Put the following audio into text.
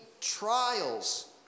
trials